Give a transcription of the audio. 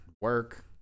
work